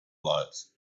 lights